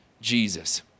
Jesus